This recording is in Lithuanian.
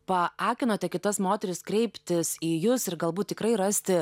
paakinote kitas moteris kreiptis į jus ir galbūt tikrai rasti